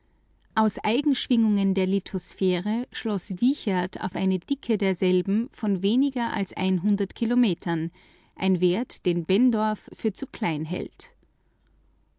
eigenschwingungen der lithosphäre schloß wiechert auf eine dicke derselben von weniger als kilometern ein wert den benndorf für zu klein hält